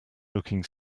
looking